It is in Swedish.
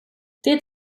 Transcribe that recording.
det